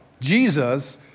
Jesus